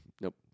Nope